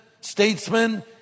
statesmen